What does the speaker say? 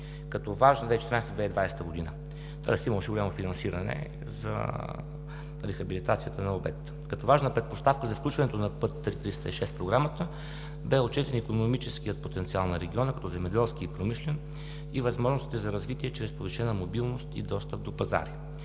като важна 2014 – 2020 г., тоест има осигурено финансиране за рехабилитацията на обекта. Като важна предпоставка за включването на път III-306 в програмата, бе отчетен икономическият потенциал на региона като земеделски и промишлен, и възможностите за развитие чрез повишена мобилност и достъп до пазари.